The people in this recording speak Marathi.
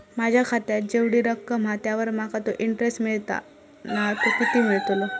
माझ्या खात्यात जेवढी रक्कम हा त्यावर माका तो इंटरेस्ट मिळता ना तो किती मिळतलो?